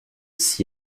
s’y